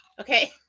Okay